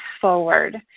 forward